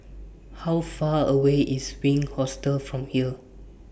How Far away IS Wink Hostel from here